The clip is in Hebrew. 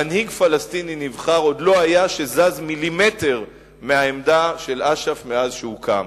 מנהיג פלסטיני נבחר עוד לא היה שזז מילימטר מהעמדה של אש"ף מאז הוקם.